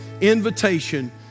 invitation